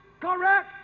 correct